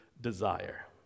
desire